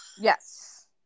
Yes